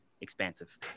expansive